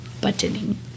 Buttoning